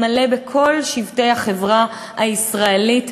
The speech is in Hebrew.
מלא בכל שבטי החברה הישראלית.